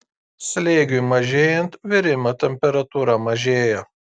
slėgiui mažėjant virimo temperatūra mažėja